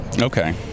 Okay